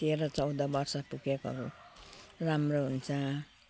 तेह्र चौध वर्ष पुगेकोहरू राम्रो हुन्छ